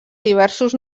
diversos